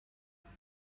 برای